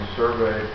survey